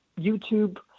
YouTube